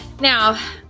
Now